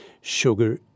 Sugar